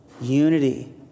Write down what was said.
unity